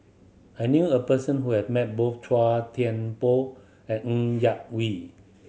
I knew a person who have met both Chua Thian Poh and Ng Yak Whee